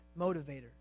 motivator